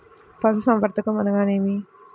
పశుసంవర్ధకం అనగా ఏమి?